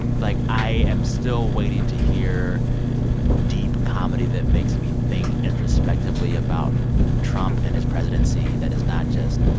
and like, i am still waiting to hear deep comedy that makes me think introspectively about trump and his presidency that is not just,